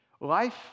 Life